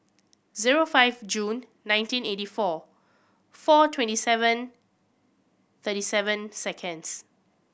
zero five June nineteen eighty four four twenty seven thirty seven seconds